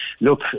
look